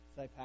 Say